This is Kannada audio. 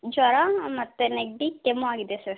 ಜ್ವರ ಮತ್ತು ನೆಗಡಿ ಕೆಮ್ಮು ಆಗಿದೆ ಸರ್